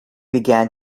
began